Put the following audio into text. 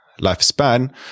lifespan